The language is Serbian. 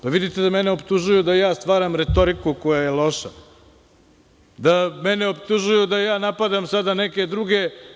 Pa, vidite da mene optužuju da ja stvaram retoriku koja je loša, da mene optužuju da ja napadam sada neke druge.